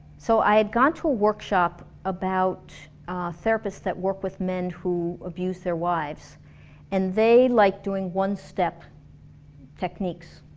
so i had gone to workshop about therapists that work with men who abuse their wives and they like doing one step techniques